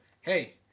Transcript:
Hey